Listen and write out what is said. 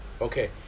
Okay